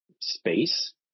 space